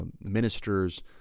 ministers